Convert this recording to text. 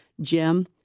Jim